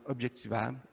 objectivables